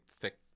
thick